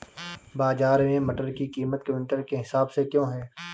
बाजार में मटर की कीमत क्विंटल के हिसाब से क्यो है?